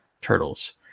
Turtles